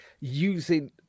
using